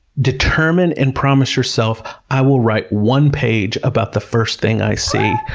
determine and promise yourself, i will write one page about the first thing i see.